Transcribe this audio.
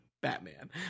Batman